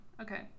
Okay